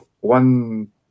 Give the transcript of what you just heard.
one